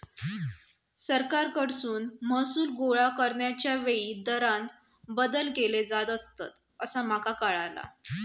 सरकारकडसून महसूल गोळा करण्याच्या वेळी दरांत बदल केले जात असतंत, असा माका कळाला